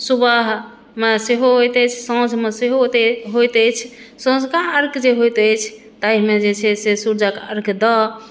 सुबहमे सेहो होइत अछि साँझमे सेहो होत होइत अछि सँझुका अर्घ जे होइत अछि ताहिमे जे छै से सूर्यक अर्घ दऽ